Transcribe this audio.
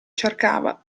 cercava